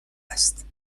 است